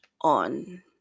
on